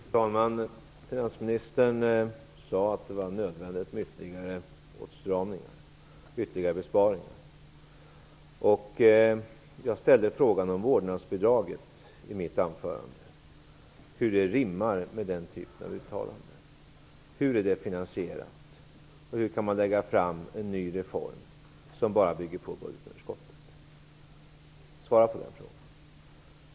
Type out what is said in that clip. Fru talman! Finansministern sade att det var nödvändigt med ytterligare åtstraming och besparing. I mitt anförande frågade jag hur vårdnadsbidraget rimmar med den typen av uttalande. Hur är det finansierat? Hur kan man lägga fram en ny reform som bara bygger på underskottet? Svara på det.